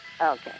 Okay